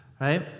right